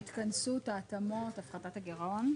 ההתכנסות, ההתאמות, הפחתת הגירעון.